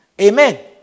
Amen